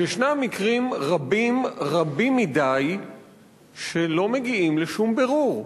שישנם מקרים רבים מדי שלא מגיעים לשום בירור.